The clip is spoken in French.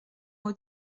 aux